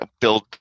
build